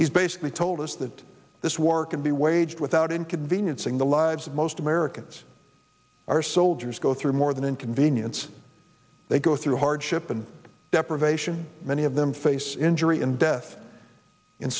he's basically told us that this war can be waged without inconveniencing the lives of most americans our soldiers go through more than inconvenience they go through hardship and depravation many of them face injury and death in